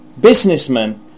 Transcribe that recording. businessman